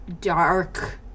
dark